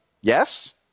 Yes